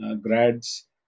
grads